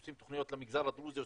עושים תוכניות למגזר הדרוזי,